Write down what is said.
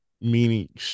Meaning